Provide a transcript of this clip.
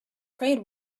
trade